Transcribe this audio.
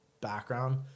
background